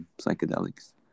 psychedelics